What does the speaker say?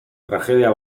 tragedia